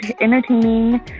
entertaining